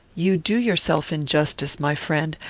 you do yourself injustice, my friend.